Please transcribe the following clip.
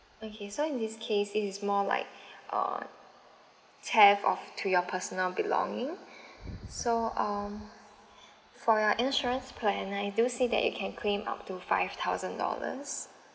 okay so in this case this is more like uh theft of to your personal belonging so um for your insurance plan I do see that you can claim up to five thousand dollars